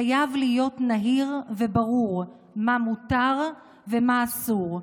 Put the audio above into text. חייב להיות נהיר וברור מה מותר ומה אסור.